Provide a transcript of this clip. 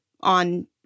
on